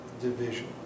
Division